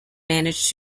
managed